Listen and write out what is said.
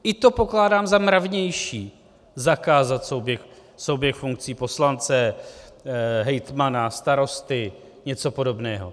I to pokládám za mravnější, zakázat souběh funkcí poslance, hejtmana, starosty, něco podobného.